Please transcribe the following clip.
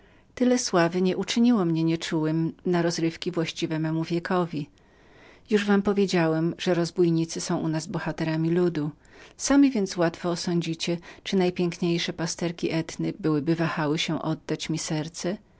tyle sławy nie uczyniło mnie nieczułym na rozrywki właściwe memu wiekowi już wam powiedziałem że rozbójnicy u nas są bohaterami ludu sami więc łatwo osądzicie czy najpiękniejsze pasterki etny byłyby wahały się oddać mi serce